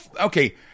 okay